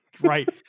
Right